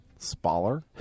Spoiler